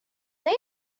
they